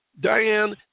Diane